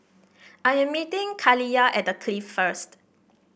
I am meeting Kaliyah at The Clift first